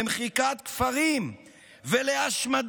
למחיקת כפרים ולהשמדה